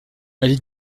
allée